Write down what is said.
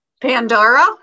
Pandora